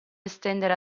estendere